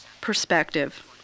perspective